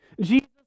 Jesus